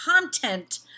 content